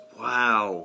wow